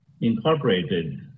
incorporated